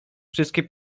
wszystkie